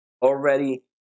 Already